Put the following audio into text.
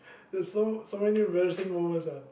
you got so so many embarrassing moments ah